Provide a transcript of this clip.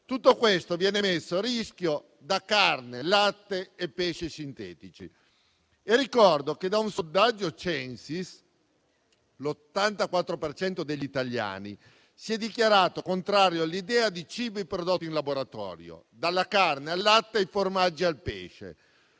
Tutto questo viene messo a rischio da carne, latte e pesce sintetici. Ricordo che, secondo un sondaggio Censis, l'84 per cento degli italiani si è dichiarato contrario all'idea di cibi prodotti in laboratorio: dalla carne, al latte, ai formaggi, al pesce.